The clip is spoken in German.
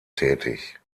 tätig